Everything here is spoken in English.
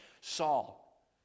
Saul